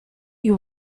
you